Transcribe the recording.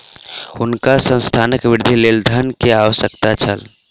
हुनका संस्थानक वृद्धिक लेल धन के आवश्यकता छल